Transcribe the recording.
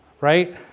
right